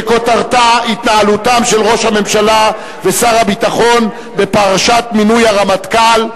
וכותרתה: התנהלותם של ראש הממשלה ושר הביטחון בפרשת מינוי הרמטכ"ל.